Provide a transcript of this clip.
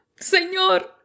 Señor